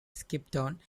skipton